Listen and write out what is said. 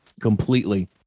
completely